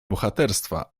bohaterstwa